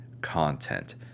content